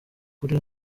kuri